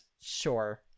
Sure